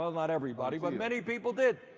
um not everybody. but many people did.